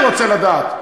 אני רוצה לדעת.